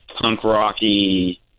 punk-rocky